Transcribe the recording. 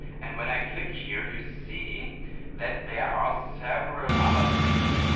and when i click here you see that there are several other things.